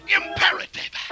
imperative